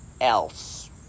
else